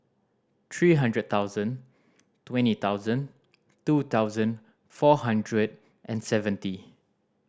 three hundred thousand twenty thousand two thousand four hundred and seventy